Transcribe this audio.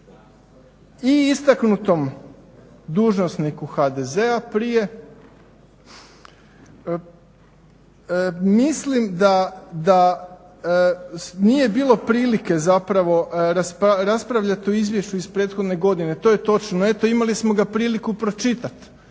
i istaknutom dužnosniku HDZ-a prije mislim da nije bilo prilike zapravo raspravljati o izvješću iz prethodne godine. To je točno. Eto imali smo ga priliku pročitati